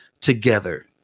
together